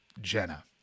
Jenna